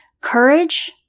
courage